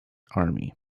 army